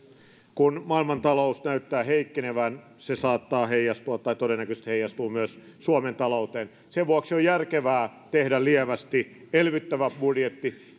kun maailmantalous näyttää heikkenevän se saattaa heijastua tai todennäköisesti heijastuu myös suomen talouteen sen vuoksi on järkevää tehdä lievästi elvyttävä budjetti